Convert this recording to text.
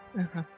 Okay